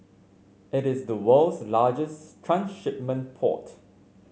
it is the world's largest transshipment port